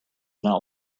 not